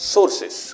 Sources